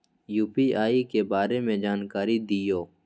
UPI के बारे में जानकारी दियौ?